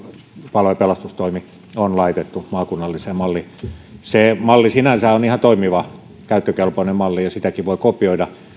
palo ja pelastustoimi on laitettu maakunnalliseen malliin se malli sinänsä on ihan toimiva käyttökelpoinen malli ja sitäkin voi kopioida